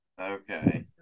Okay